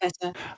better